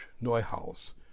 Neuhaus